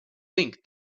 think